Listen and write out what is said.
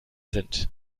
sind